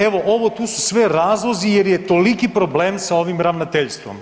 Evo ovo tu su sve razlozi jer je toliki problem sa ovim ravnateljstvom.